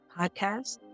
podcast